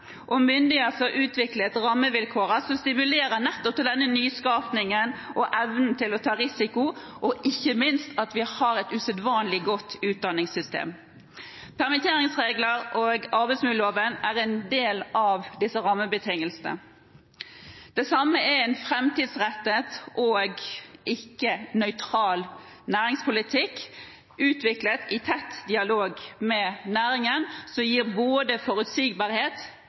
og myndigheter som har utviklet rammevilkår som stimulerer nettopp til denne nyskapningen og evnen til å ta risiko, og ikke minst at vi har et usedvanlig godt utdanningssystem. Permitteringsregler og arbeidsmiljøloven er en del av disse rammebetingelsene. Det samme er en framtidsrettet og ikke nøytral næringspolitikk, utviklet i tett dialog med næringen, som gir både forutsigbarhet,